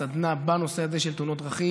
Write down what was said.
סדנה בנושא הזה של תאונות הדרכים,